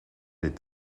est